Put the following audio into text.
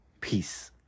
peace